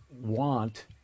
want